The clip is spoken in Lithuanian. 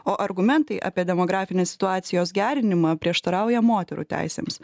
o argumentai apie demografinės situacijos gerinimą prieštarauja moterų teisėms